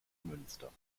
münster